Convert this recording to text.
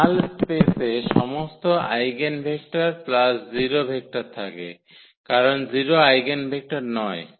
নাল স্পেসে সমস্ত eigenvector plus 0 vector থাকে কারণ 0 আইগেনভেক্টর নয়